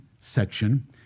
section